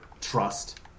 trust